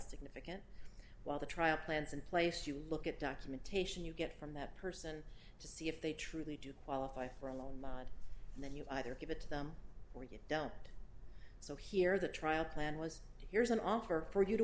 technican while the trial plans in place you look at documentation you get from that person to see if they truly do qualify for a loan and then you either give it to them or you don't so here the trial plan was here's an offer for you to